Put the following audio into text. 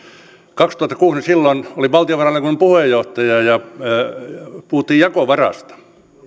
kaksituhattakuusi niin silloin olin valtiovarainvaliokunnan puheenjohtaja ja puhuttiin jakovarasta